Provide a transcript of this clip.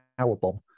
Powerbomb